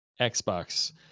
Xbox